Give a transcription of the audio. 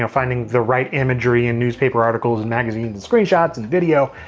um finding the right imagery and newspaper articles, and magazines, and screenshots, and video.